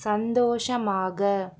சந்தோஷமாக